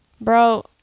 bro